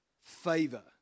favor